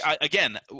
again